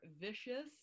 vicious